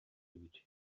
эбит